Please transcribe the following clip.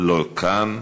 לא כאן.